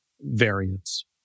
variance